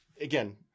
again